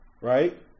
Right